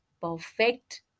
perfect